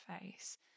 face